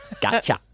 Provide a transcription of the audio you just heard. Gotcha